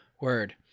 word